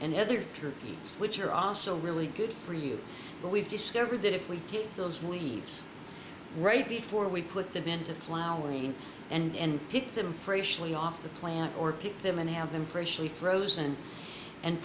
and other needs which are also really good for you but we've discovered that if we take those leaves right before we put them into flowering and pick them for a chalet off the plant or pick them and have them freshly frozen and